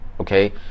okay